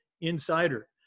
Insider